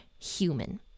human